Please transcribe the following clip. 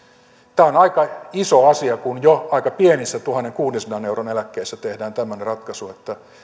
tämä on aika iso asia kun jo aika pienissä tuhannenkuudensadan euron eläkkeissä tehdään tämmöinen ratkaisu että